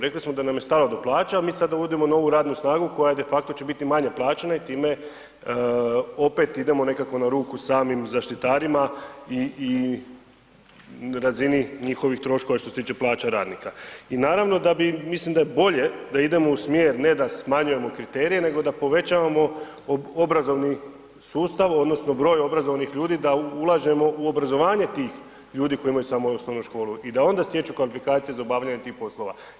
Rekli smo da nam je stalo do plaća, a mi sada uvodimo novu radnu snagu koja de facto će biti manje plaćena i time opet idemo nekako na ruku samim zaštitarima i razini njihovih troškova, što se tiče plaća radnika i naravno da bi, mislim da je bolje da idemo u smjer, ne da smanjujemo kriterije nego da povećavamo obrazovni sustav, odnosno broj obrazovanih ljudi, da ulažemo u obrazovanje tih ljudi koji imaju samo osnovnu školu i da onda stječu kvalifikacije za obavljanje tih poslova.